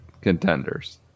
contenders